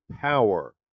power